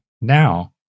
now